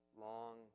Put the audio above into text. long